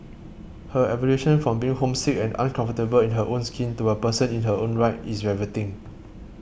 her evolution from being homesick and uncomfortable in her own skin to a person in her own right is riveting